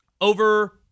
over